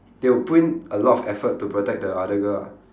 they would put in a lot of effort to protect the other girl lah